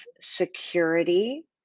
security